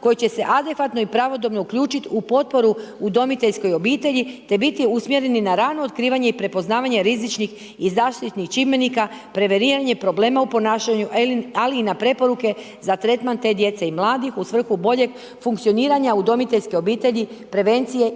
koji će se adekvatno i pravodobno uključiti u potporu udomiteljskoj obitelji, te biti usmjereni na rano otkivanje i prepoznavanje rizičnih i zaštitnih čimbenika, preveriranje problema u ponašanju, ali i na preporuke za tretman te djece i mladih u svrhu boljeg funkcioniranja udomiteljske obitelji